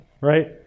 right